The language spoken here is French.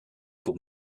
pour